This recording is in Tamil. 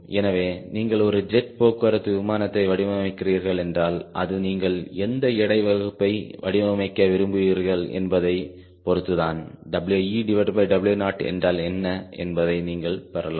எனவே நீங்கள் ஒரு ஜெட் போக்குவரத்து விமானத்தை வடிவமைக்கிறீர்கள் என்றால் அது நீங்கள் எந்த எடை வகுப்பை வடிவமைக்க விரும்புகிறீர்கள் என்பதைப் பொறுத்து தான் WeW0 என்றால் என்ன என்பதை நீங்கள் பெறலாம்